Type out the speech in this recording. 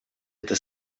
это